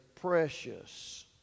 precious